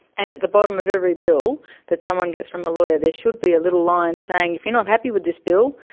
and at the bottom of every bill that someone gets from a lawyer there should be a little line saying, if you're not happy with this bill,